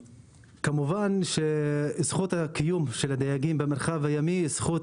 כמובן שזכות הקיום של הדייגים במרחב הימי היא זכות